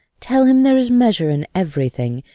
tell him there is measure in everything,